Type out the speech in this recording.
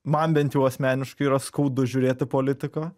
man bent jau asmeniškai yra skaudu žiūrėt į politiką